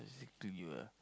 exactly ah